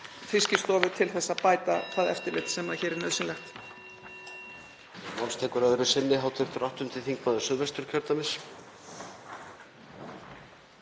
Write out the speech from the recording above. Fiskistofu til að bæta það eftirlit sem hér er nauðsynlegt.